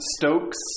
Stokes